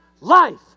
life